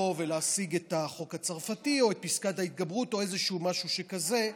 ולהשיג את החוק הצרפתי או את פסקת ההתגברות או איזשהו משהו שכזה,